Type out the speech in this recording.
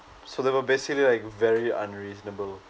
so they were basically like very unreasonable